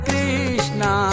Krishna